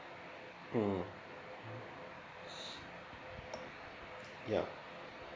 mm yeah